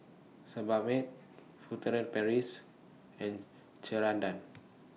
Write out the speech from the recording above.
Sebamed Furtere Paris and Ceradan